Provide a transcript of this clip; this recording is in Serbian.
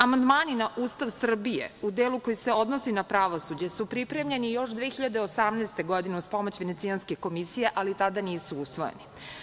Amandmani na Ustav Srbije u delu koji se odnosi na pravosuđe su pripremljeni još 2018. godine uz pomoć Venecijanske komisije, ali tada nisu usvojeni.